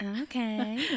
Okay